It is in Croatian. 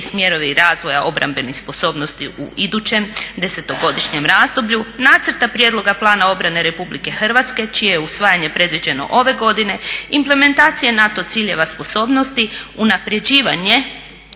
smjerovi razvoja obrambenih sposobnosti u idućem 10-godišnjem razdoblju, nacrta prijedloga plana obrane RH čije je usvajanje predviđeno ove godine, implementacije NATO ciljeva i sposobnosti, unapređivanje